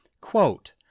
Quote